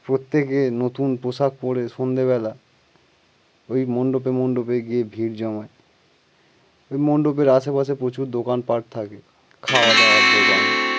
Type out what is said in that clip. প্রত্যেকে নতুন পোশাক পরে সন্ধ্যেবেলা ওই মণ্ডপে মণ্ডপে গিয়ে ভিড় জমায় ওই মণ্ডপের আশেপাশে প্রচুর দোকানপাট থাকে খাওয়া দাওয়ার